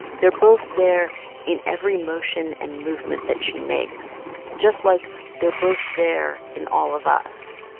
they're both there in every motion and movement that she makes just like they're both there in all of us,